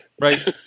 Right